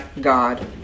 God